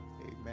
Amen